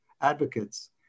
advocates